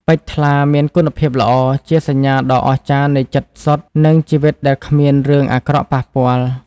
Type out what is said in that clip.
ពេជ្រថ្លា មានគុណភាពល្អ ជាសញ្ញាដ៏អស្ចារ្យនៃចិត្តសុទ្ធ និងជីវិតដែលគ្មានរឿងអាក្រក់ប៉ះពាល់។